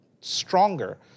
stronger